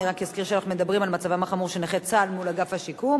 אני רק אזכיר שאנחנו מדברים על מצבם החמור של נכי צה"ל מול אגף השיקום.